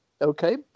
Okay